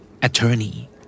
Attorney